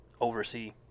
oversee